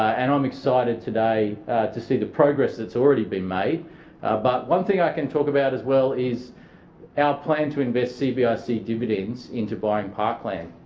and um excited today to see the progress that's already been made but one thing i can talk about as well is our plan to invest cbrc dividends into buying parkland.